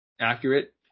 accurate